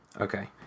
Okay